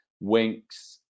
Winks